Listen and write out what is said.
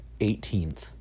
18th